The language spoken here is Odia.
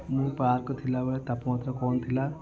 ମୁଁ ପାର୍କ୍ ଥିବାବେଳେ ତାପମାତ୍ରା କ'ଣ ଥିଲା